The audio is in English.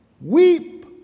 weep